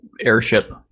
airship